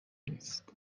نیست